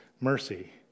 mercy